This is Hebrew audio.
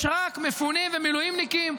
יש רק מפונים ומילואימניקים,